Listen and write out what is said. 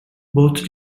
both